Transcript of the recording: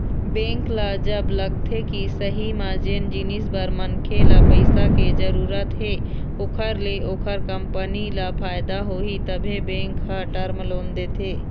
bank ल जब लगथे के सही म जेन जिनिस बर मनखे ल पइसा के जरुरत हे ओखर ले ओखर कंपनी ल फायदा होही तभे बेंक ह टर्म लोन देथे